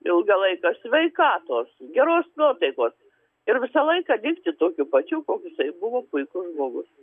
ilgą laiką sveikatos geros nuotaikos ir visą laiką likti tokiu pačiu koks jisai buvo puikus žmogus